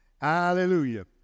hallelujah